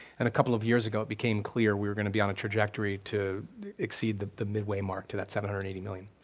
and a couple of years ago it became clear we were gonna be on a trajectory to exceed the the midway mark to that seven hundred and eighty million.